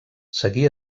seguí